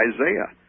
Isaiah